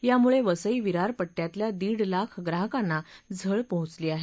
यामुळे वसई विरार पट्टयातल्या दीड लाख ग्राहकांना झळ पोहोचली आहे